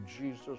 Jesus